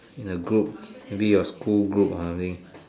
in a group maybe your school group or something